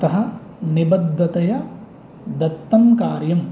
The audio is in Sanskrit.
अतः निबद्दतया दत्तं कार्यं